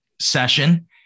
session